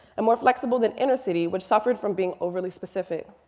and more flexible than inner city, which suffered from being overly specific.